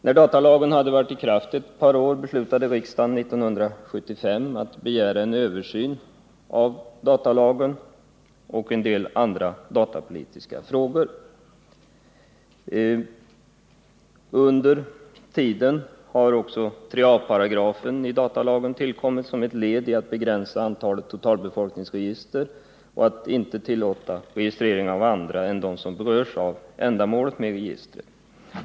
När datalagen varit i kraft ett par år beslöt riksdagen 1975 att begära en översyn av datalagen och en del andra datapolitiska frågor. Under tiden har 3a§ tillkommit som ett led i strävandena att begränsa antalet totalbefolkningsregister och inte tillåta registrering av andra än dem som berörs av ändamålet med registret.